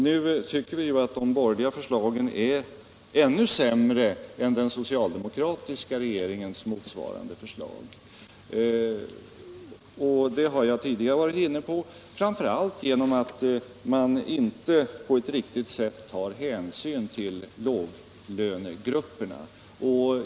Nu tycker vi ju att de borgerliga förslagen är ännu sämre än den socialdemokratiska regeringens motsvarande förslag — det har jag tidigare varit inne på — framför allt genom att inte på ett riktigt sätt ta hänsyn till låglönegrupperna.